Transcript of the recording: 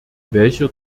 welcher